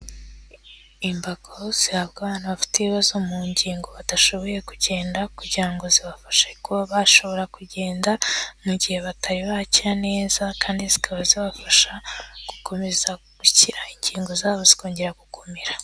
Imbago zihabwa abantu bafite ibibazo mu ngingo badashoboye kugenda kugira ngo zibafashe kuba bashobora kugenda mu gihe batari bakira neza kandi zikaba zibafasha gukomeza gukira ingingo zabo zikongera gukomera.